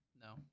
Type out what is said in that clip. No